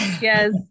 Yes